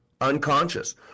unconscious